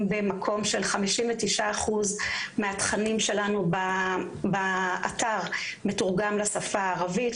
במקום ש-59% מהתכנים שלנו באתר מתורגמים לשפה הערבית.